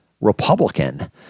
Republican